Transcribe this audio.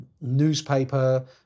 newspaper